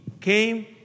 came